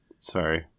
Sorry